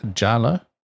Jala